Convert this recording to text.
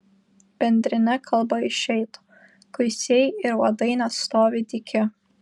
bendrine kalba išeitų kuisiai ir uodai nestovi dyki